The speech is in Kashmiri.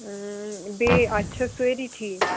بیٚیہِ اَتہِ چھےٚ سٲری ٹھیٖک